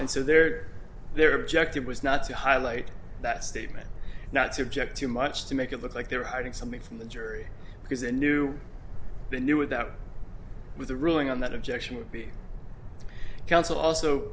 so their their objective was not to highlight that statement not subject too much to make it look like they were hiding something from the jury because they knew they knew without with a ruling on that objection would be counsel also